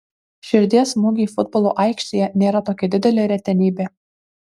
širdies smūgiai futbolo aikštėje nėra tokia didelė retenybė